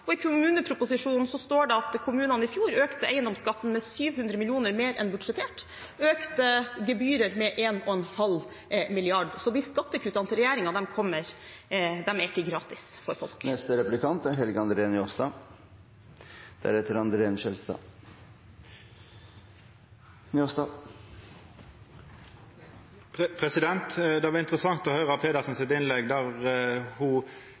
og i kommuneproposisjonen står det at kommunene i fjor økte eiendomsskatten med 700 mill. kr mer enn budsjettert og økte gebyrer med 1,5 mrd. kr, så skattekuttene til regjeringen er ikke gratis for folk. Det var interessant å høyra Pedersen sitt innlegg, der